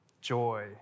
Joy